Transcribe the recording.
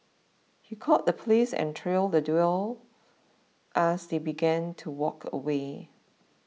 he called the police and trailed the duo as they began to walk away